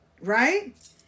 Right